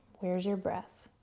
here's your breath.